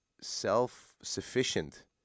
self-sufficient